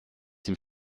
dem